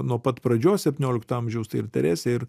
nuo pat pradžios septyniolikto amžiaus tai ir teresė ir